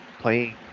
playing